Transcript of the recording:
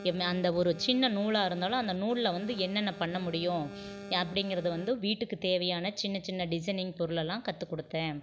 அந்த ஒரு சின்ன நூலாக இருந்தாலும் அந்த நூலில் வந்து எனென்னென் பண்ண முடியும் அப்படிங்குறது வந்து வீட்டுக்கு தேவையான சின்ன சின்ன டிசைனிங் பொருளெல்லாம் கற்று கொடுத்தேன்